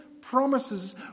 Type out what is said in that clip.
promises